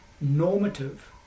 normative